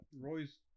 Roy's